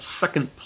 second